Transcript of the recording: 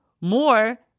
more